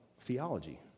theology